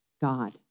God